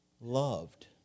loved